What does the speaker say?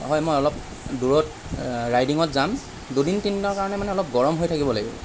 হয় মই অলপ দূৰত ৰাইডিঙত যাম দুদিন তিনিদিনৰ কাৰণে মানে অলপ গৰম হৈ থাকিব লাগিব